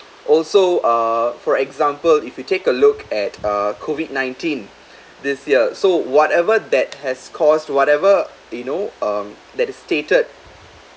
also uh for example if you take a look at uh COVID nineteen this year so whatever that has caused whatever you know um that is stated